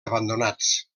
abandonats